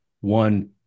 one